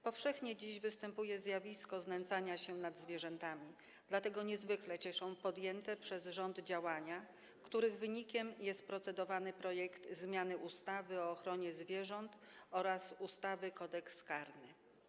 Powszechnie występuje dziś zjawisko znęcania się nad zwierzętami, dlatego niezwykle cieszą podjęte przez rząd działania, których wynikiem jest procedowany projekt zmiany ustawy o ochronie zwierząt oraz ustawy Kodeks karny.